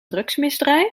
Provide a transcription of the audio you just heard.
drugsmisdrijf